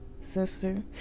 sister